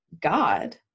God